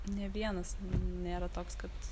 nė vienas nėra toks kad